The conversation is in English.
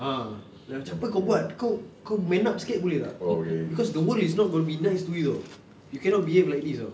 ah yang macam apa kau buat kau kau man up sikit boleh tak cause the world is not going to be nice to you [tau] you cannot behave like this [tau]